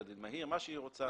בסדר דין מהיר מה שהיא רוצה.